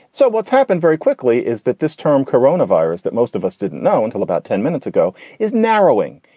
so what's happened very quickly is that this term corona virus that most of us didn't know until about ten minutes ago is narrowing.